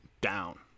down